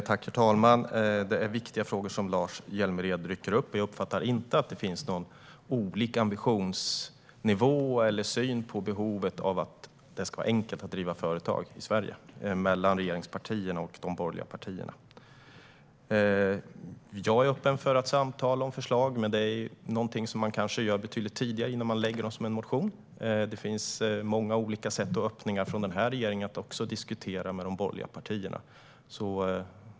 Herr talman! Det är viktiga frågor som Lars Hjälmered lyfter upp. Jag uppfattar inte att det finns olika ambitionsnivåer eller syn på behovet av att det ska vara enkelt att driva företag i Sverige mellan regeringspartierna och de borgerliga partierna. Jag är öppen för att samtala om förslag. Men det är någonting som man kanske gör betydligt tidigare innan man lägger fram dem i en motion. Det finns många olika sätt och öppningar från regeringen att diskutera med de borgerliga partierna.